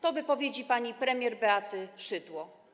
To wypowiedzi pani premier Beaty Szydło.